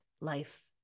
life